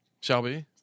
Shelby